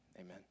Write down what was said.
amen